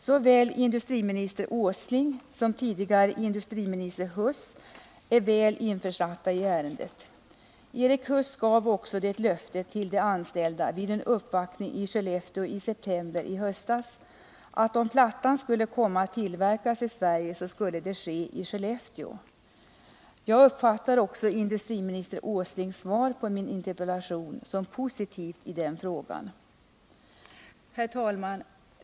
Såväl industriminister Åsling som den tidigare industriministern Huss är väl insatta i ärendet. Erik Huss gav också det löftet till de anställda vid en uppvaktning i Skellefteå i september i år, att om plattan skulle komma att tillverkas i Sverige, så skulle det ske i Skellefteå. Jag uppfattar också industriminister Åslings svar på min interpellation som positivt i den frågan. Herr talman!